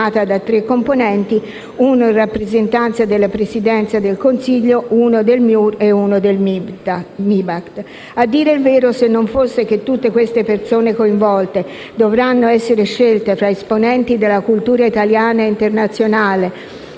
di regia formata da tre componenti, uno in rappresentanza della Presidenza del Consiglio, uno del MIUR e uno del MIBACT. A dire il vero, se non fosse che tutte queste persone coinvolte dovranno essere scelte fra esponenti della cultura italiana e internazionale